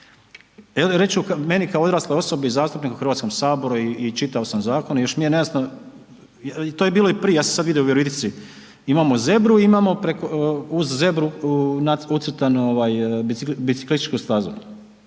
ću meni kao odrasloj osobi, zastupniku u HS i čitao sam zakon, još mi je nejasno, to je bilo i prije, ja sam sad vidio u Virovitici, imamo zebru, imamo uz zebru ucrtan ovaj biciklističku stazu,